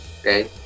Okay